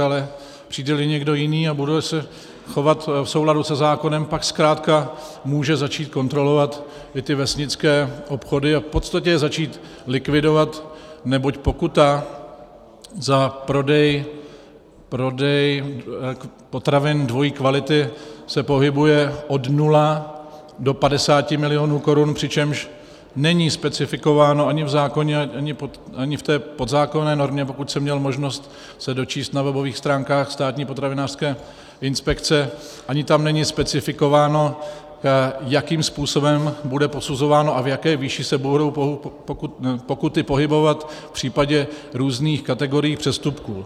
Ale přijdeli někdo jiný a bude se chovat v souladu se zákonem, pak zkrátka může začít kontrolovat i ty vesnické obchody a v podstatě je začít likvidovat, neboť pokuta za prodej potravin dvojí kvality se pohybuje od nula do 50 milionů korun, přičemž není specifikováno ani v zákoně, ani v té podzákonné normě, pokud jsem měl možnost se dočíst na webových stránkách státní potravinářské inspekce, ani tam není specifikováno, jakým způsobem bude posuzováno a v jaké výši se budou pokuty pohybovat v případě různých kategorií přestupků.